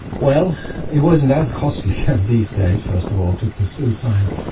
well it wasn't as costly as these days first of all, to pursue science,